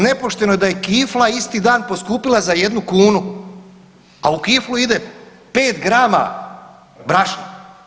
Nepošteno je da je kifla isti dan poskupila za 1 kunu, a u kiflu ide 5 grama brašna.